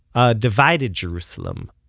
a divided jerusalem,